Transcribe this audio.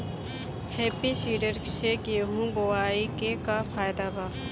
Happy seeder से गेहूं बोआई के का फायदा बा?